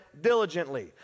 diligently